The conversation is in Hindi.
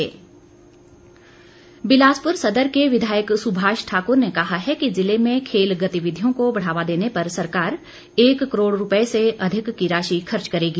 सुभाष ठाकुर बिलासपुर सदर के विधायक सुभाष ठाकुर ने कहा है कि ज़िले में खेल गतिविधियों को बढ़ावा देने पर सरकार एक करोड़ रूपये से अधिक की राशि खर्च करेगी